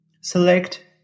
select